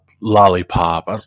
lollipop